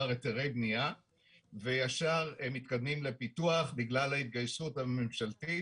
היתרי בנייה וישר מתקדמים לפיתוח בגלל ההתגייסות הממשלתית,